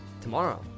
Tomorrow